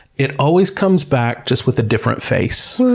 it always comes back, just with a different face.